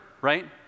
right